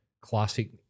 classic